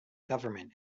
government